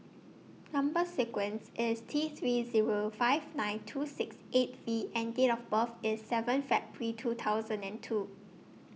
Number sequence IS T three Zero five nine two six eight V and Date of birth IS seven February two thousand and two